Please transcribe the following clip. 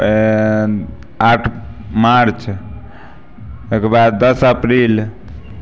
आठ मार्च ओहिके बाद दस अप्रील